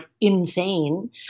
insane